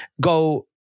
go